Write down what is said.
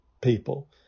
people